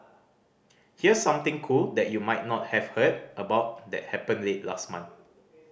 here's something cool that you might not have heard about that happened late last month